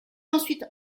ensuite